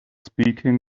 speaking